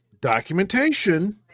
documentation